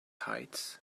heights